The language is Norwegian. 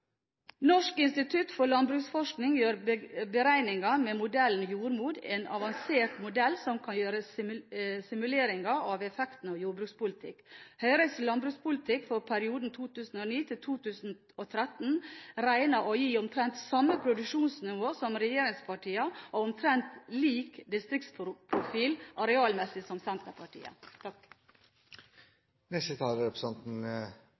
Norsk institutt for landbruksøkonomisk forskning gjør beregninger med modellen «Jordmod», en avansert modell som kan gjøre simuleringer på effektene av jordbrukspolitikk. Høyres landbrukspolitikk for perioden 2009–2013 ble regnet å gi omtrent samme produksjonsnivå som regjeringspartiene omtrent lik distriktsprofil arealmessig som Senterpartiet